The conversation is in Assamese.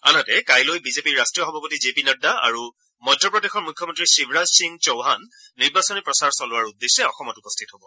আনহাতে কাইলৈ বিজেপিৰ ৰাষ্ট্ৰীয় সভাপতি জে পি নাড্ডা আৰু মধ্যপ্ৰদেশৰ মুখ্যমন্ত্ৰী শিৱৰাজ সিং টৌহান নিৰ্বাচনী প্ৰচাৰ চলোৱাৰ উদ্দেশ্যে অসমত উপস্থিত হ'ব